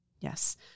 Yes